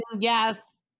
Yes